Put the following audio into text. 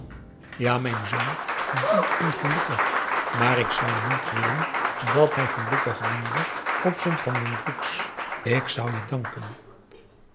ja mijn zoon dient ongelukkig maar ik zou niet willen dat hij gelukkig diende op z'n van den broeks ik zou je danken